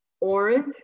orange